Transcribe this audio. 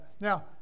Now